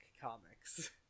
comics